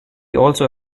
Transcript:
also